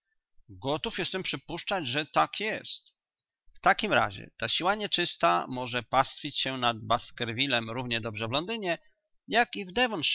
gotów jestem przypuszczać że tak jest w takim razie ta siła nieczysta może pastwić się nad baskervillem równie dobrze w londynie jak